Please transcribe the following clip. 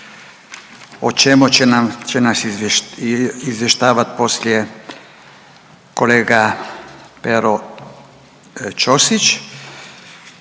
o čemu će nas izvještavati poslije kolega Pero Ćosić.